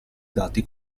dati